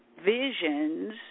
visions